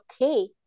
okay